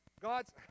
God's